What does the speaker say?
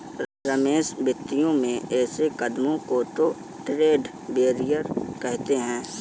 रमेश वित्तीय में ऐसे कदमों को तो ट्रेड बैरियर कहते हैं